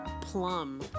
plum